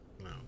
no